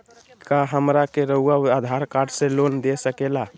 क्या हमरा के रहुआ आधार कार्ड से लोन दे सकेला?